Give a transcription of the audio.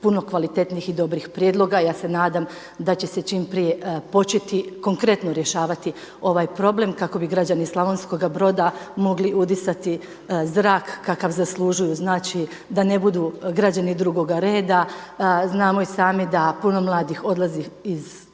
puno kvalitetnih i dobrih prijedloga. Ja se nadam da će se čim prije početi konkretno rješavati ovaj problem kako bi građani Slavonskoga Broda mogli udisati zrak kakav zaslužuju, znači da ne budu građani drugoga reda. Znamo i sami da puno mladih odlazi iz cijele Slavonije, a